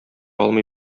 алмый